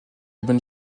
bonne